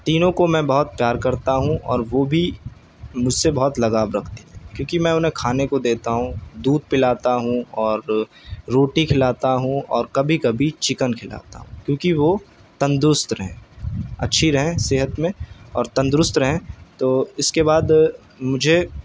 تینوں کو میں بہت پیار کرتا ہوں اور وہ بھی مجھ سے بہت لگاؤ رکھتی ہیں کیونکہ میں انہیں کھانے کو دیتا ہوں دودھ پلاتا ہوں اور روٹی کھلاتا ہوں اور کبھی کبھی چکن کھلاتا ہوں کیونکہ وہ تندرست رہیں اچھی رہیں صحت میں اور تندرست رہیں تو اس کے بعد مجھے